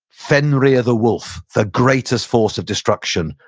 fenrir the wolf, the greatest force of destruction,